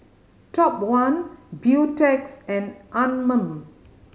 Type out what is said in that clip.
Top One Beautex and Anmum